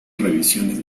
revisiones